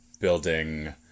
building